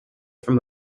from